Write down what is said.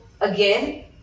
again